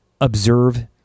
Observe